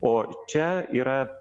o čia yra